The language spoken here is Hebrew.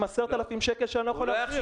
עם 10,000 שקל שאני לא יכול להחזיר.